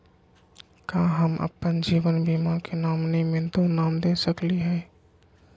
का हम अप्पन जीवन बीमा के नॉमिनी में दो नाम दे सकली हई?